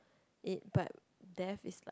it but death is like